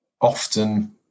often